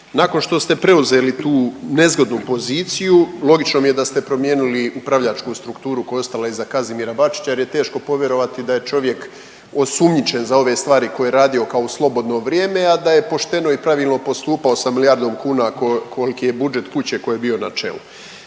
Nakon što ste preuzeli tu nezgodnu poziciju logično mi je da ste promijenili upravljačku strukturu koja je ostala iza Kazimira Bačića jer je teško povjerovati da je čovjek osumnjičen za ove stvari koje je radio kao u slobodno vrijeme, a da je pošteno i pravilno postupao sa milijardom kuna kolki je budžet kuće koji je bio na čelu.